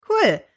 Cool